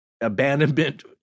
abandonment